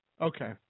Okay